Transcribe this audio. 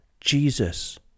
Jesus